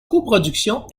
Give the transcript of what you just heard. coproduction